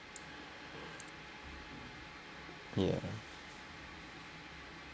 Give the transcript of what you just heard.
yeah